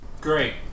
Great